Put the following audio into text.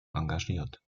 engagiert